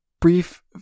brief